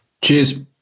Cheers